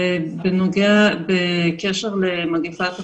בקשר למגפת הקורונה,